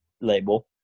label